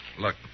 Look